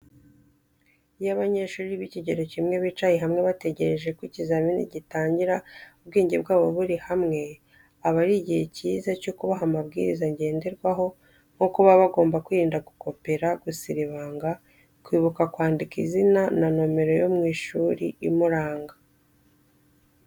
Iyo abanyeshuri b'ikigero kimwe bicaye hamwe bategereje ko ibizamini bitangira, ubwenge bwabo buri hamwe, aba ari igihe cyiza cyo kubaha amabwiriza ngenderwaho, nko kuba bagomba kwirinda gukopera, gusiribanga, kwibuka kwandika izina na nomero yo mu ishuri imuranga.